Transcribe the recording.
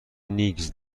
نیکز